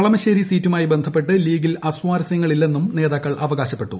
കളമശ്ശേരി സീറ്റുമായി ബന്ധപ്പെട്ട് ലീഗിൽ അസ്വാര്സ്യങ്ങൾ ഇല്ലെന്നും നേതാക്കൾ അവകാശപ്പെട്ടു